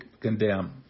condemn